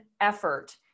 effort